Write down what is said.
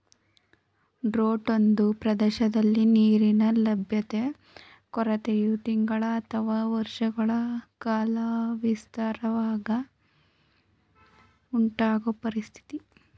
drought ಒಂದು ಪ್ರದೇಶದಲ್ಲಿ ನೀರಿನ ಲಭ್ಯತೆ ಕೊರತೆಯು ತಿಂಗಳು ಅಥವಾ ವರ್ಷಗಳ ಕಾಲ ವಿಸ್ತರಿಸಿದಾಗ ಉಂಟಾಗೊ ಪರಿಸ್ಥಿತಿ